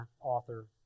author